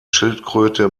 schildkröte